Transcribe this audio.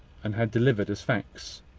and had delivered as facts.